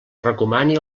recomani